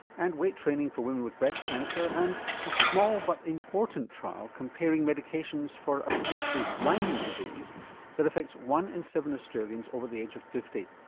and weight training for women with breast cancer and a small, but important trial comparing medications for a potentially blinding disease that affects one in seven australians over the age of fifty.